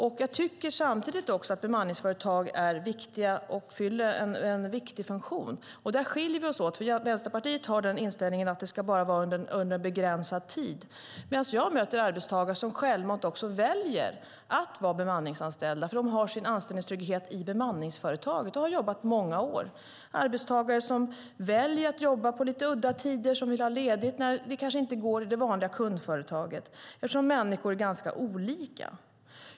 Samtidigt tycker jag att bemanningsföretag är viktiga och fyller en viktig funktion. Här skiljer vi oss dock åt. Vänsterpartiet menar att det bara ska vara under en begränsad tid medan jag möter arbetstagare som självmant väljer att vara bemanningsanställda. De har sin anställningstrygghet i bemanningsföretaget och har jobbat i många år. Det är arbetstagare som väljer att jobba på lite udda tider och som vill ha ledigt när det kanske inte går i det vanliga kundföretaget. Människor är ju som vi vet ganska olika.